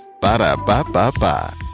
Ba-da-ba-ba-ba